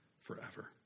forever